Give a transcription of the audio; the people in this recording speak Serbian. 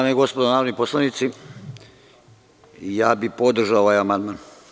Dame i gospodo narodni poslanici, ja bih podržao ovaj amandman.